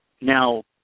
Now